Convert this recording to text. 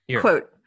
Quote